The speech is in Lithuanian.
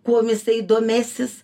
kuom jisai domėsis